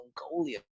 Mongolia